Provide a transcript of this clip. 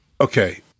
okay